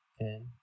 Okay